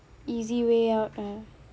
easy way out ah